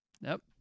Nope